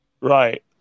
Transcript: Right